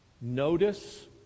notice